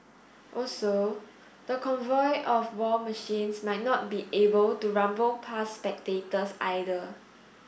also the convoy of war machines might not be able to rumble past spectators either